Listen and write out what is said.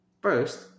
First